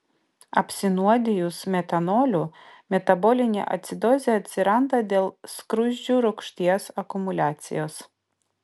apsinuodijus metanoliu metabolinė acidozė atsiranda dėl skruzdžių rūgšties akumuliacijos